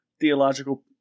theological